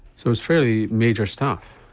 so it's fairly major stuff.